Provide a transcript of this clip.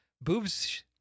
Boobs